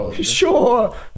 sure